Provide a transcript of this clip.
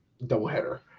doubleheader